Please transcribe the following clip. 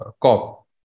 cop